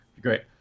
Great